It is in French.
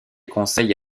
conseil